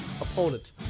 opponent